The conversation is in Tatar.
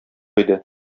иде